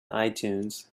itunes